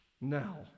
now